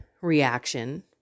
reaction